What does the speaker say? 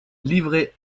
livrée